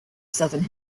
southern